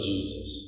Jesus